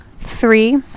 Three